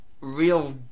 real